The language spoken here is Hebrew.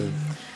בסדר?